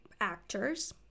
actors